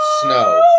Snow